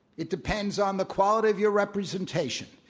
it depends on the quality of your representation.